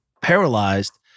paralyzed